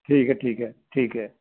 ਠੀਕ ਹੈ ਠੀਕ ਹੈ ਠੀਕ ਹੈ